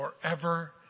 forever